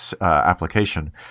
application